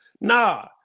nah